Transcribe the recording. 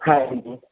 ਹਾਂਜੀ